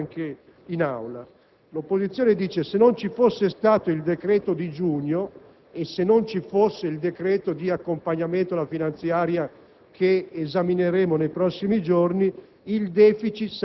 un ragionamento che credo sia necessario ribadire anche in Aula. L'opposizione sostiene che se non ci fosse stato il decreto di giugno e se non ci fosse il decreto di accompagnamento alla finanziaria